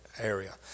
area